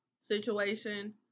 situation